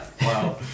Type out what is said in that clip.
Wow